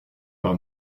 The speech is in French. par